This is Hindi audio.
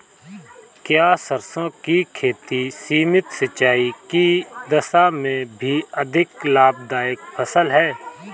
क्या सरसों की खेती सीमित सिंचाई की दशा में भी अधिक लाभदायक फसल है?